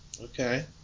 Okay